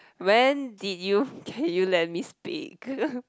when did you can you let me speak